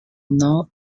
now